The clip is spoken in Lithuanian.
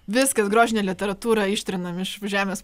viskas grožinę literatūrą ištrinam iš žemės